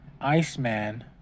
Iceman